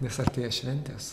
nes artėja šventės